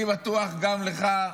אני בטוח שגם לך,